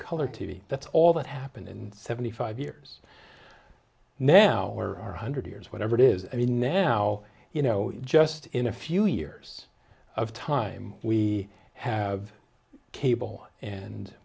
color t v that's all that happened in seventy five years now or one hundred years whatever it is i mean now you know just in a few years of time we have cable and